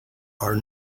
are